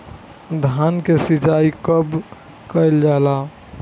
धान के सिचाई कब कब कएल जाला?